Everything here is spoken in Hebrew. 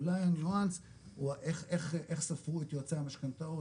אולי הניואנס הוא איך ספרו את יועצי המשכנתאות,